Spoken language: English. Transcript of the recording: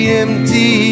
empty